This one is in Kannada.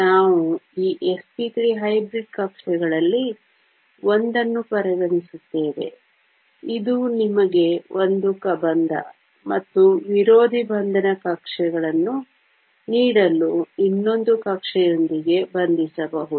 ನಾವು ಈ sp3 ಹೈಬ್ರಿಡ್ ಕಕ್ಷೆಗಳಲ್ಲಿ ಒಂದನ್ನು ಪರಿಗಣಿಸುತ್ತೇವೆ ಇದು ನಿಮಗೆ ಒಂದು ಕಬಂಧ ಮತ್ತು ವಿರೋಧಿ ಬಂಧನ ಕಕ್ಷೆಯನ್ನು ನೀಡಲು ಇನ್ನೊಂದು ಕಕ್ಷೆಯೊಂದಿಗೆ ಬಂಧಿಸಬಹುದು